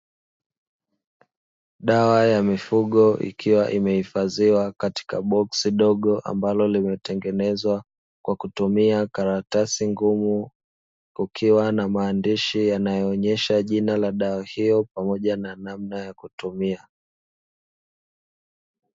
Dawa ya mifugo ikiwa imehifadhiwa katika boksi dogo, ambalo limetengenezwa kwa kutumia karatasi ngumu, kukiwa na maandishi yanayoonyesha matumzii ya dawa hiyo pamoja na namna ya kutumia.